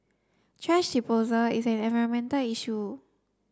thrash disposal is an environmental issue